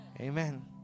Amen